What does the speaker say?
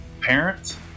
parents